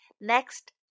Next